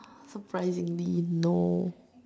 so surprisingly no